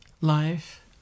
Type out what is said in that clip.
life